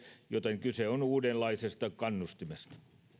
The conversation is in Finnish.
joten kyse on uudenlaisesta kannustimesta